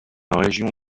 région